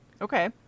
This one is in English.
Okay